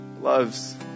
loves